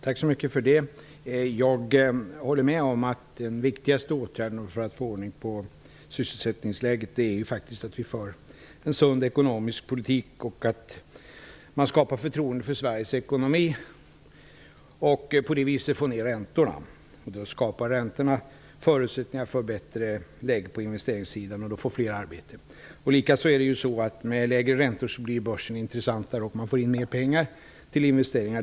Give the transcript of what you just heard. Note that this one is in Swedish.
Herr talman! Jag håller med om att den viktigaste åtgärden för att få ordning på sysselsättningsläget är faktiskt att vi för en sund ekonomisk politik, skapar förtroende för Sveriges ekonomi och på det viset får ner räntorna. Det skapar förutsättningar för bättre läge på investeringssidan, och då får fler arbete. Likaså blir börsen mer intressant med lägre räntor, och man får in mer pengar till investeringar.